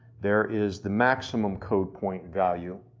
there is the maximum code point value,